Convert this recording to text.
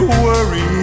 worry